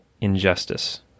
injustice